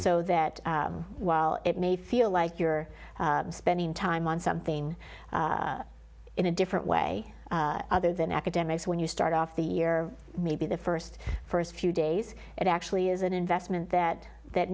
so that while it may feel like you're spending time on something in a different way other than academics when you start off the year maybe the first first few days it actually is an investment that that